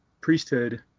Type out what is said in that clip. priesthood